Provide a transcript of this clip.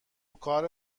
کار